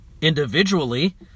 individually